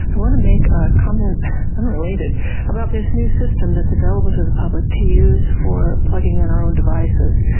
i want to make a comment unrelated about this new system that's available to the public to use for plugging in our own devices.